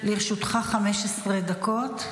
לרשותך 15 דקות.